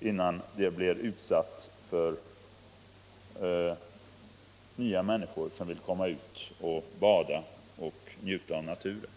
innan det blir utsatt för att nya människor vill komma ut och bada och njuta av naturen.